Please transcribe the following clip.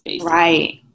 Right